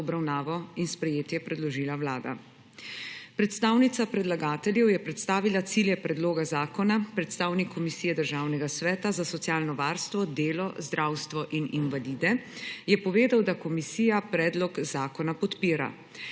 obravnavo in sprejetje predložila Vlada. Predstavnica predlagateljev je predstavila cilje predloga zakona, predstavnik Komisije Državnega sveta za socialno varstvo, delo, zdravstvo in invalide je povedal, da Komisija predlog zakona podpira.